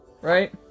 right